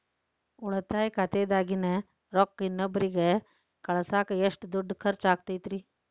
ಉಳಿತಾಯ ಖಾತೆದಾಗಿನ ರೊಕ್ಕ ಇನ್ನೊಬ್ಬರಿಗ ಕಳಸಾಕ್ ಎಷ್ಟ ದುಡ್ಡು ಖರ್ಚ ಆಗ್ತೈತ್ರಿ?